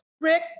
Rick